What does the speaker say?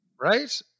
Right